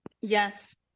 yes